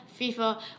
FIFA